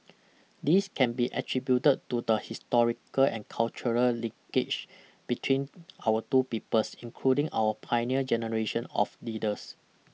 this can be attributed to the historical and cultural linkage between our two peoples including our pioneer generation of leaders